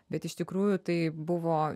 bet iš tikrųjų tai buvo